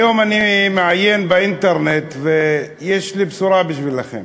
היום אני מעיין באינטרנט ויש לי בשורה בשבילכם.